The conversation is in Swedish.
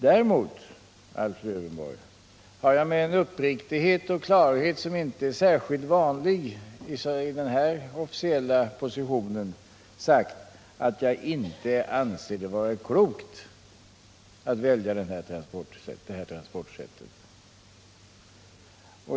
Däremot, Alf Lövenborg, har jag med en uppriktighet och klarhet, som inte är särskilt vanlig i den här officiella positionen, sagt att jag inte anser det vara klokt att välja detta transportsätt.